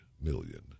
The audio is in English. million